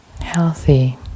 healthy